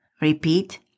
Repeat